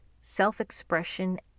self-expression